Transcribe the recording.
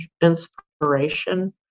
inspiration